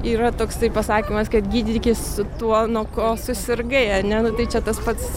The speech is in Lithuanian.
yra toksai pasakymas kad gydykis tuo nuo ko susirgai ane nu tai čia tas pats